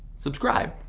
subscribe!